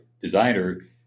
designer